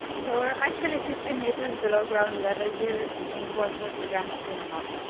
so we're actually fifteen meters below ground level here, in what was the grand cinema.